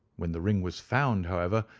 when the ring was found, however,